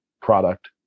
product